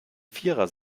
vierer